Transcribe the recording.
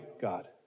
God